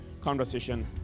conversation